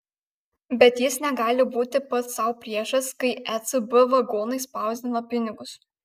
bet jis negali būti pats sau priešas kai ecb vagonais spausdina pinigus